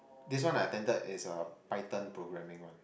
this one I attended is a Python programming one